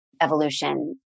evolution